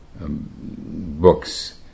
books